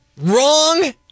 Wrong